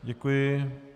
Děkuji.